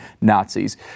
Nazis